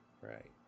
Right